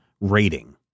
rating